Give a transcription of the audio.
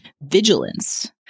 Vigilance